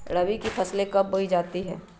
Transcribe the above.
रबी की फसल कब बोई जाती है?